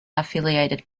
affiliated